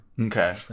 Okay